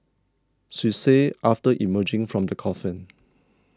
she said after emerging from the coffin